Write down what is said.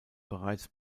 bereits